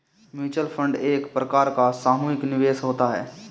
mutual fund एक प्रकार का सामुहिक निवेश होता है